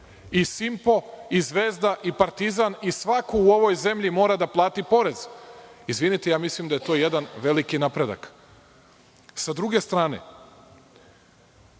i Simpo, i Zvezda, i Partizan i svako u ovoj zemlji mora da plati porez. Izvinite, mislim da je to jedan veliki napredak.S druge strane,